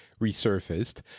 resurfaced